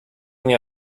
nie